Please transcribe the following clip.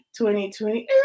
2020